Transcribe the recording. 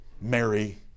Mary